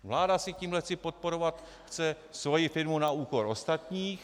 Vláda si tímhle chce podporovat svoji firmu na úkor ostatních.